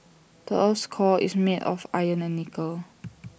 the Earth's core is made of iron and nickel